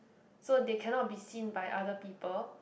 so they cannot be seen by other people